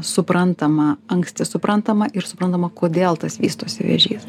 suprantama anksti suprantama ir suprantama kodėl tas vystosi vėžys